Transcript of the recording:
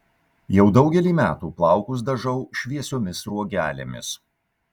jau daugelį metų plaukus dažau šviesiomis sruogelėmis